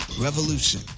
revolution